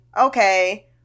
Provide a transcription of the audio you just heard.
okay